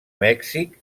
mèxic